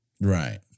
right